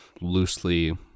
Loosely